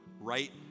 right